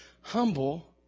humble